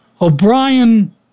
O'Brien